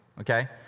okay